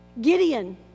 gideon